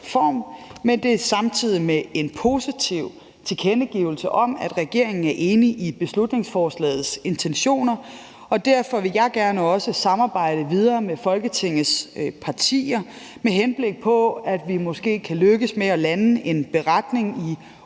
Men det er samtidig med en positiv tilkendegivelse af, at regeringen er enig i beslutningsforslagets intentioner, og derfor vil jeg også gerne samarbejde videre med Folketingets partier, med henblik på at vi måske kan lykkes med at lande en beretning i